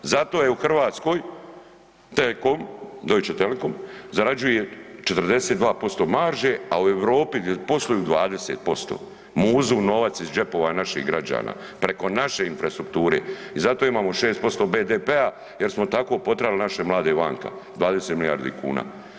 Zato je u Hrvatskoj T-COM, Deutsche Telekom zarađuje 42% marže a u Europi gdje posluju 20%, muzu novac iz džepova naših građana, preko naše infrastrukture i zato imamo 6% BDP-a jer smo tako potjerali naše mlade vanka, 20 milijardi kuna.